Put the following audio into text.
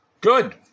Good